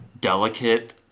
delicate